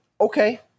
okay